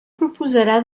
proposarà